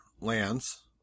lands